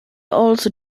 also